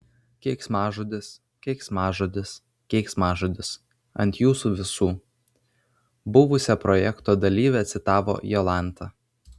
keiksmažodis keiksmažodis keiksmažodis ant jūsų visų buvusią projekto dalyvę citavo jolanta